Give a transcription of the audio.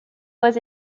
was